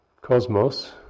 cosmos